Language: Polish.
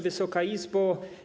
Wysoka Izbo!